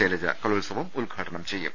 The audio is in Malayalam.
ശൈലജ കലോത്സവം ഉദ്ഘാടനം ചെയ്യും